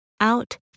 out